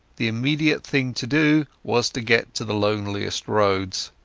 the immediate thing to do was to get to the loneliest roads.